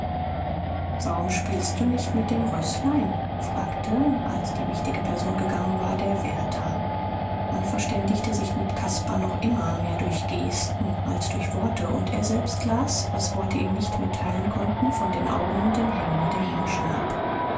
warum spielst du nicht mit dem rößlein fragte als die wichtige person gegangen war der wärter man verständigte sich mit caspar noch immer mehr durch gesten als durch worte und er selbst las was worte ihm nicht mitteilen konnten von den augen und den händen der menschen ab